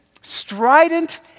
strident